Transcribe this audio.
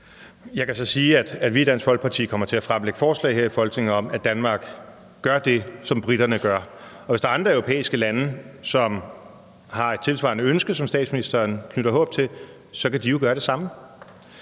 Jeg kan så sige, at vi i Dansk Folkeparti kommer til at fremsætte forslag her i Folketinget om, at Danmark gør det, som briterne gør. Og hvis der er andre europæiske lande, som har et tilsvarende ønske, som statsministeren knytter håb til, så kan de jo gøre det samme.